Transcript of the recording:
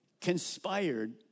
conspired